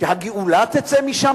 שהגאולה תצא משם